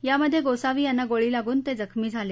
यामध्ये गोसावी यांना गोळी लागुन ते जखमी झाले